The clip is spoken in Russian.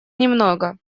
немного